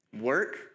work